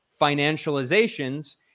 financializations